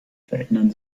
verändern